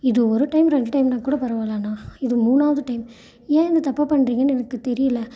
இது ஒரு டைம் ரெண்டு டைம்னா கூட பரவாயில்லை அண்ணா இது மூணாவது டைம் ஏன் இந்த தப்பை பண்ணுறீங்கன்னு எனக்கு தெரியல